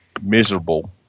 miserable